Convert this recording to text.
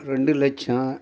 ரெண்டு லட்சம்